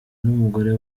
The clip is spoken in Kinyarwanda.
n’umugore